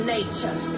Nature